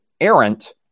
errant